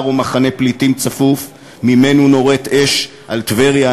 או מחנה פליטים צפוף שממנו נורית אש על טבריה,